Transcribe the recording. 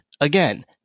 Again